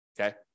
okay